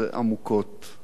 אחת, זכות גדולה,